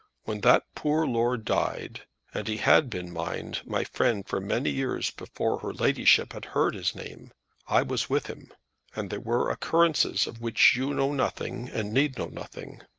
when that poor lord died and he had been, mind, my friend for many years before her ladyship had heard his name i was with him and there were occurrences of which you know nothing and need know nothing.